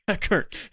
Kirk